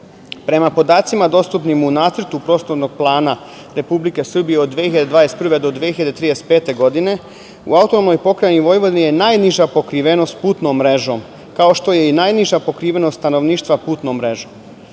podacima dostupnim u Nacrtu prostornog plana Republike Srbije od 2021. do 2035. godine, u AP Vojvodini je najniža pokrivenost putnom mrežom, kao i što je najniža pokrivenost stanovništva putnom mrežom. Svesni